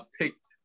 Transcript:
picked